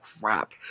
crap